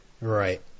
Right